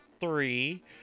three